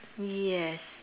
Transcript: yes